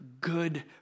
good